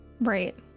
right